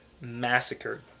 massacred